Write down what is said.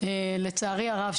לצערי הרב,